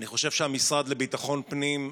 אני חושב שהמשרד לביטחון הפנים,